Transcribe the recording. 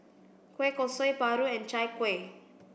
Kueh Kosui Paru and Chai Kueh